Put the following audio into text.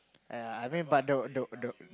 !aiya! I mean but the the the